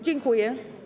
Dziękuję.